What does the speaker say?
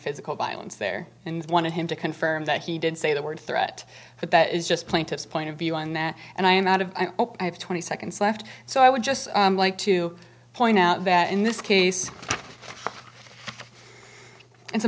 physical violence there and wanted him to confirm that he did say the word threat but that is just plaintiff's point of view on that and i am out of i have twenty seconds left so i would just like to point out that in this case i